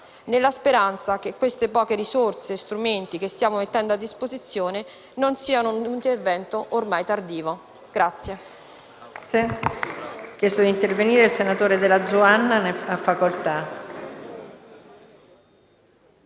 nella speranza che queste poche risorse e strumenti che stiamo mettendo a disposizione non siano un intervento ormai tardivo.